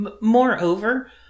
Moreover